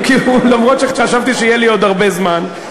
אף שחשבתי שיהיה לי עוד הרבה זמן.